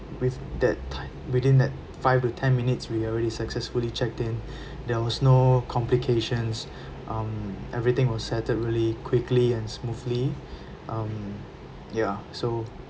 with that t~ within that five to ten minutes we already successfully checked in there was no complications um everything was settled really quickly and smoothly um yeah so